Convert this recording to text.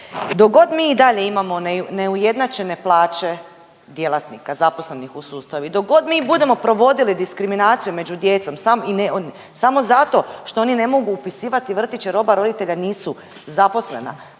god mi i dalje imamo neujednačene plaće djelatnika zaposlenih u sustavu i dok god mi budemo provodili diskriminaciju među djecom samo zato što oni ne mogu upisivat vrtić jer oba roditelja nisu zaposlena,